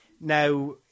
Now